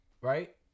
right